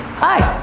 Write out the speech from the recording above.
hi.